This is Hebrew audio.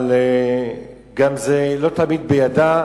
אבל זה גם לא תמיד בידה.